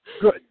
Good